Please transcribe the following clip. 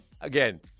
again